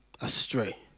astray